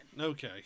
Okay